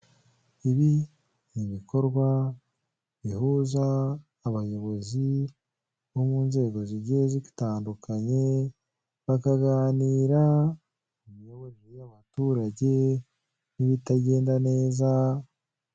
Abantu benshi ubona bicaye ahantu hamwe batuje, barakeye babiri muri bo barahagaze, umwe kandi afite igikoresho cyifashishwa mu kurangurura amajwi kugira ngo agere kubamukurikiye.